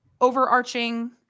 overarching